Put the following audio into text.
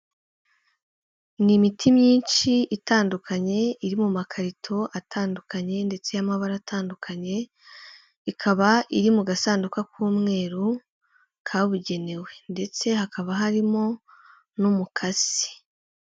Ni imiti myinshi itandukanye iri mu makarito atandukanye, ndetse n'amabara atandukanye, ikaba iri mu gasanduku k'umweru kabugenewe, ndetse hakaba harimo n'umukasi.